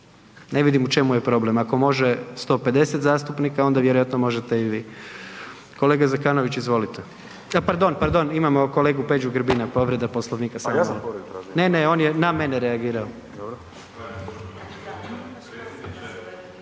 Ne vidim u čemu je problem, ako može 150 zastupnika, onda vjerojatno možete i vi. Kolega Zekanović, izvolite. Pardon, pardon, imamo kolegu Peđu Grbina, povreda Poslovnika…/Upadica iz klupe: Pa ja